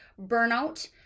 burnout